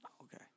Okay